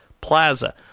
Plaza